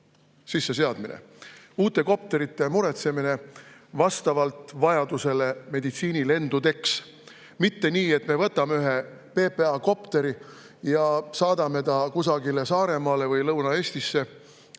sisseseadmine, uute kopterite muretsemine vastavalt vajadusele meditsiinilendudeks. Mitte nii, et me võtame ühe PPA kopteri ja saadame ta kusagile Saaremaale või Lõuna-Eestisse,